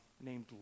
named